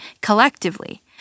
collectively